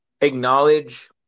acknowledge